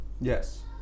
Yes